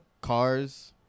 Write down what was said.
Cars